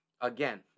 again